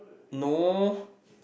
no